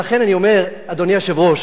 ולכן אני אומר, אדוני היושב-ראש,